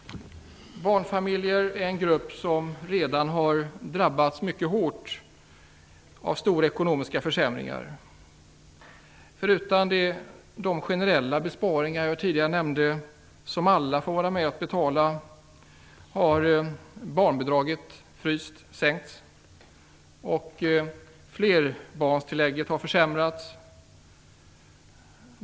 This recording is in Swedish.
Barnfamiljer är en grupp som redan har drabbats mycket hårt av stora ekonomiska försämringar. Förutom de generella besparingarna, som jag tidigare nämnde, som alla får vara med och betala har barnbidraget sänkts och flerbarnstilläggen försämrats.